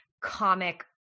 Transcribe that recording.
comic